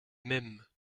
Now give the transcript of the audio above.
mêmes